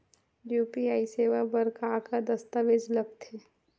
UPI सेवा बर का का दस्तावेज लगथे?